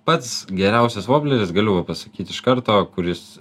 pats geriausias vobleris galiu va pasakyt iš karto kuris